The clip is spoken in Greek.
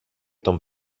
τον